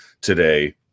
today